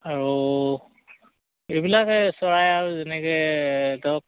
আৰু এইবিলাকে চৰাই আৰু যেনেকে ধৰক